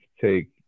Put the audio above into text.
take